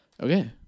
Okay